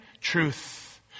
truth